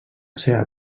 seva